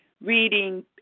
reading